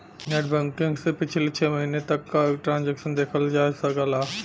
net banking से पिछले छः महीने तक क ट्रांसैक्शन देखा जा सकला